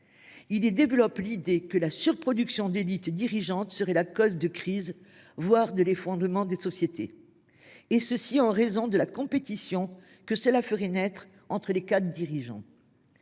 Il y développe l’idée que la surproduction d’élites dirigeantes serait la cause de crises, voire de l’effondrement des sociétés, et ce en raison de la compétition qu’une telle surproduction ferait naître entre les cadres dirigeants.